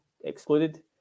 excluded